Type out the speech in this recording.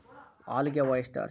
algae, oysters